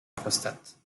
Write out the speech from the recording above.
prostate